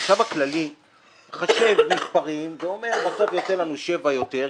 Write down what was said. החשב הכללי מחשב מספרים ואומר: בסוף יוצא לנו שבע יותר,